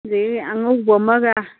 ꯑꯗꯒꯤ ꯑꯉꯧꯕ ꯑꯃꯒ